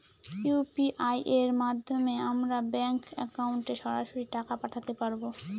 UPI এর মাধ্যমে আমরা ব্যাঙ্ক একাউন্টে সরাসরি টাকা পাঠাতে পারবো?